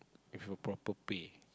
with a proper pay